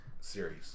series